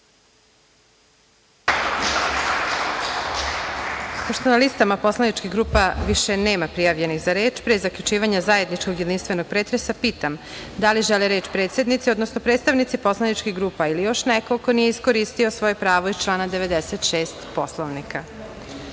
na listama poslaničkih grupa više nema prijavljenih za reč, pre zaključivanja zajedničkog jedinstvenog pretresa pitam da li žele reč predsednici, odnosno predstavnici poslaničkih grupa ili još neko ko nije iskoristio svoje pravo iz člana 96. Poslovnika? Ukoliko